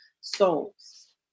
souls